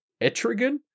Etrigan